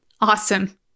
Awesome